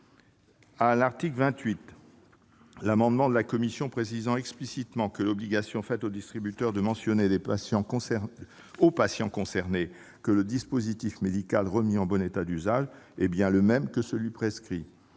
a repris l'amendement de la commission tendant à préciser explicitement l'obligation faite au distributeur de mentionner au patient concerné que le dispositif médical remis en bon état d'usage est bien le même que celui qui